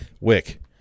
Wick